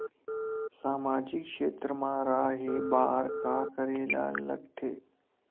सामाजिक क्षेत्र मा रा हे बार का करे ला लग थे